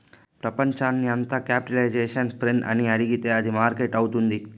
ప్రపంచాన్ని అంత capitalization friend అని అడిగితే అది మార్కెట్ అవుతుంది